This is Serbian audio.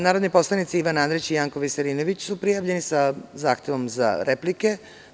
Narodni poslanik Ivan Andrić i Janko Veselinović su prijavljeni sa zahtevom za replike.